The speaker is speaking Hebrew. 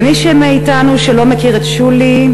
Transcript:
למי מאתנו שלא מכיר את שולי,